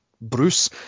Bruce